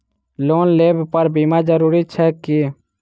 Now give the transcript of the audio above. Loan लेबऽ पर बीमा जरूरी छैक की?